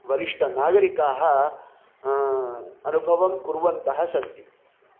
वरिष्टनागरिकाः अनुभवं कुर्वन्तः सन्ति